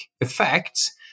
effects